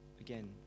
again